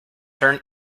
turn